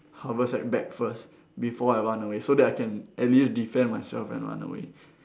haversack bag first before I run away so that I can at least defend myself and run away